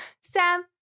Sam